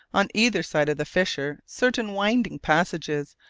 on either side of the fissure, certain winding passages,